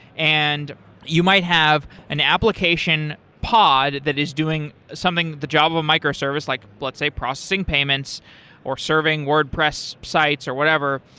and you might have an application pod that is doing something, the java micro-service, like let's say processing payments or serving wordpress sites or whatever.